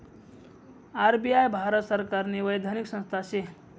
RBI Bharat सरकारनी वैधानिक संस्था शे